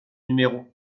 numéro